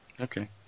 Okay